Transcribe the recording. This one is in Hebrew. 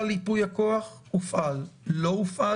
מקום שבו הוא נמצא ידעו על ייפוי הכוח וייתנו ביטוי